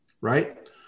right